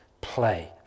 play